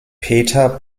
peter